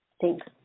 Thanks